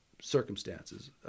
circumstances